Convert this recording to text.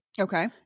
Okay